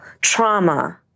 trauma